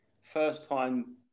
first-time